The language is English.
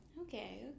Okay